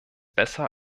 besser